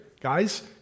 guys